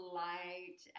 light